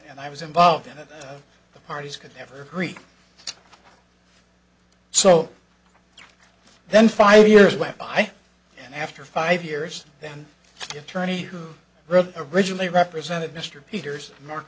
and i was involved in it the parties could never agree so then five years went by and after five years then the attorney who wrote a originally represented mr peters